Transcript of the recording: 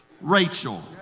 Rachel